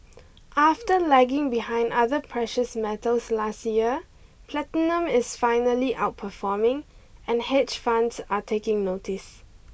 after lagging behind other precious metals last year platinum is finally outperforming and hedge funds are taking notice